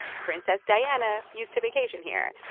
princess diana used to vacation here.